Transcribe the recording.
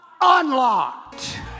unlocked